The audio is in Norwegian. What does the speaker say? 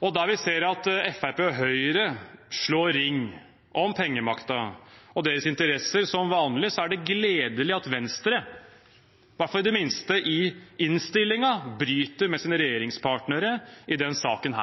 Der vi ser at Fremskrittspartiet og Høyre som vanlig slår ring om pengemakten og deres interesser, er det gledelig at Venstre, i det minste i innstillingen, bryter med sine regjeringspartnere i denne saken.